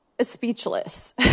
speechless